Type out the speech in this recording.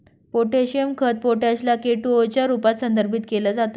potassium खत potash ला K two O च्या रूपात संदर्भित केल जात